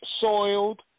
soiled